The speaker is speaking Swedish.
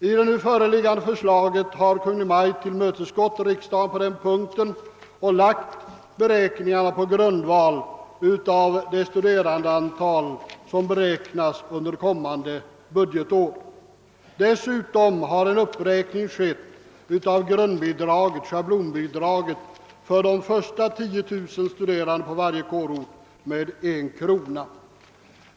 I det nu föreliggande förslaget har Kungl. Maj:t tillmötesgått riksdagen på denna punkt och förutsatt att beräkningarna skall grundas på studerandeantalet under kommande budgetår. Dessutom har en uppräkning skett av grundbidraget — schablonbidraget — med en krona för var och en för de första 10 000 studerande på varje kårort.